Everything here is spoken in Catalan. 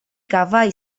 cavall